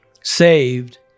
saved